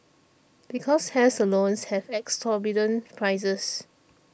because hair salons have exorbitant prices